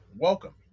welcome